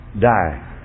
die